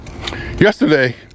Yesterday